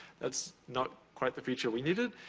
that's not quite the feature we needed.